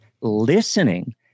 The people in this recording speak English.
listening